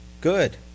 good